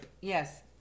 Yes